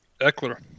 Eckler